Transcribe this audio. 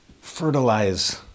Fertilize